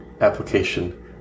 application